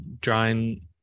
drawing